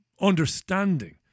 understanding